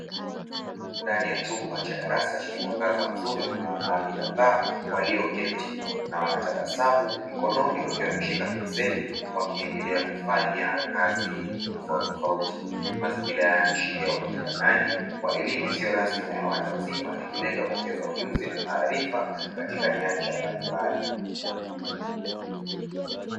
Ndani ya chumba cha darasa chenye mwangaza mzuri kuna wanawake kadhaa waliyoketi na wanatabasamu mkononi wakiwa wameshika penseli wakiendelea kufanya kazi tofautitofauti. Mazingira haya yanaashiria upatikanaji wa elimu isiyo rasmi na ya watu wazima ikilenga kuongeza ujuzi na maarifa katika nyanja mbalimbali.